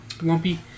lumpy